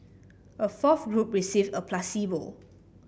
a fourth group received a placebo